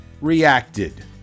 reacted